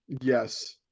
Yes